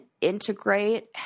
integrate